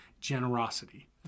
generosity